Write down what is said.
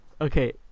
Okay